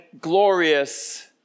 glorious